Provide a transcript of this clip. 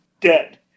Dead